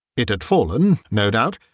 it had fallen, no doubt,